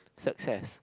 success